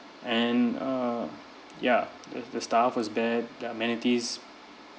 and uh ya the the staff was bad the amenities